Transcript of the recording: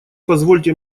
позвольте